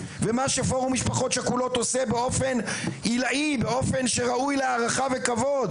ומה שפורום משפחות שכולות עושה באופן עילאי באופן שראוי להערכה וכבוד,